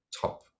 top